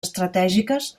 estratègiques